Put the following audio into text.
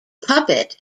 puppet